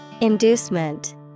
Inducement